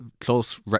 close